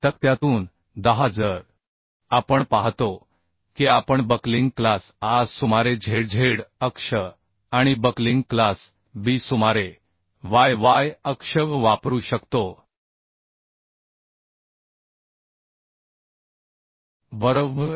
तक्त्यातून 10 जरआपण पाहतो की आपण बक्लिंग क्लास A सुमारे zz अक्ष आणि बक्लिंग क्लास B सुमारे yy अक्ष वापरू शकतो बरोबर